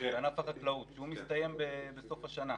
בענף החקלאות שמסתיים בסוף השנה.